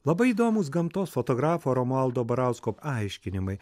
labai įdomūs gamtos fotografo romualdo barausko aiškinimai